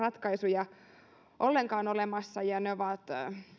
ratkaisuja ollenkaan olemassa ja ne ovat